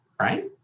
right